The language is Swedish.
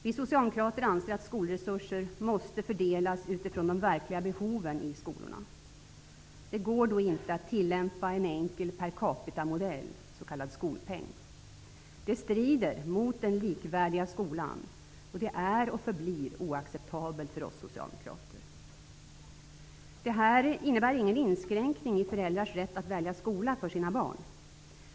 Vi socialdemokrater anser att skolresurserna måste fördelas utifrån de verkliga behoven i skolorna. Det går då inte att tillämpa en enkel per capita-modell, dvs. s.k. skolpeng. Detta strider mot den likvärdiga skolan. Det är och förblir oacceptabelt för oss socialdemokrater. Detta innebär ingen inskränkning i föräldrars rätt att välja skola för sina barn.